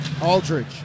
aldridge